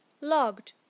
logged